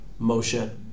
Moshe